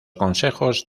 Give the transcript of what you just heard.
consejos